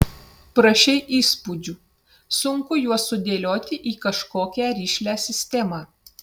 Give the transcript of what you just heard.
prašei įspūdžių sunku juos sudėlioti į kažkokią rišlią sistemą